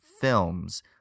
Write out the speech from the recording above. films